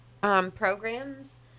programs